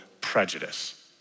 prejudice